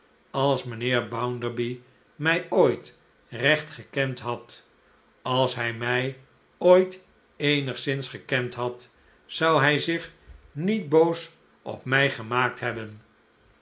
als mijnheer bounderby mij ooit recht gekend had als hij mn ooit eenigszins gekend had zou hij zich niet boos op mij gemaakt hebben